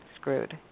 screwed